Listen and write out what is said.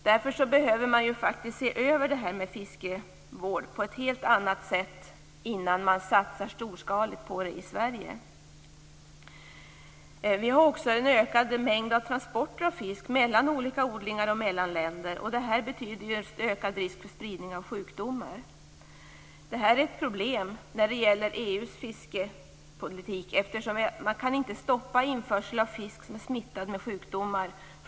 Därför behöver man se över fiskevården på ett helt annat sätt innan man satsar storskaligt på det i Det sker också en ökad mängd transporter av fisk mellan olika odlingar och mellan länder. Detta betyder ökad risk för spridning av sjukdomar. Det är ett problem när det gäller EU:s fiskepolitik, eftersom man inte kan stoppa införsel av fisk som är smittad med sjukdomar.